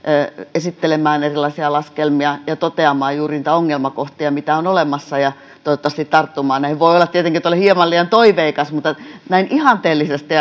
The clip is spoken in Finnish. esittelemään erilaisia laskelmia ja toteamaan juuri niitä ongelmakohtia mitä on olemassa ja toivottavasti tarttumaan näihin voi olla tietenkin että olen hieman liian toiveikas mutta näin ihanteellisesti